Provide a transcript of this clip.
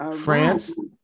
France